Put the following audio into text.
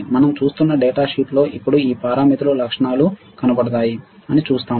మనం చూస్తున్న డేటా షీట్లు లో ఇప్పుడు ఈ పారామితులు లక్షణాలు కనపడుతున్నాయి అని చూస్తాము